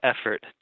effort